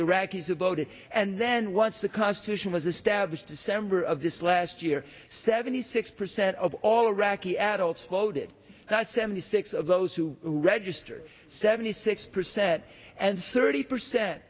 iraqis who voted and then once the constitution was established december of this last year seventy six percent of all iraqi adults voted that seventy six of those who register seventy six percent and thirty percent